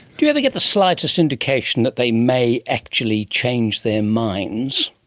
do you ever get the slightest indication that they may actually change their minds?